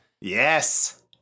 yes